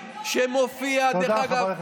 בעד אורית מלכה